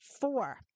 four